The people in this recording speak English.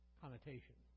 connotation